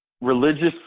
religious